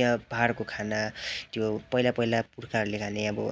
यहाँ पाहाडको खाना त्यो पहिला पहिला पुर्खाहरूले खाने अब